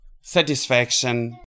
satisfaction